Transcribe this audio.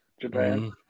japan